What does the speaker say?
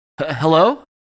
Hello